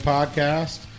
Podcast